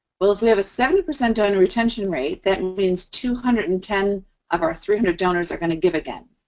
well, if we have a seventy percent donor retention rate, that means two hundred and ten of our three hundred donors are going to give again.